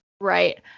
Right